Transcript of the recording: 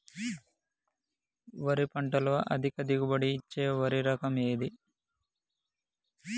వరి పంట లో అధిక దిగుబడి ఇచ్చే వరి రకం ఏది?